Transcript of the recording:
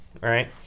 right